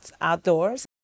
outdoors